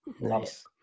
Nice